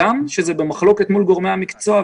גם כשזה במחלוקת מול גורמי המקצוע,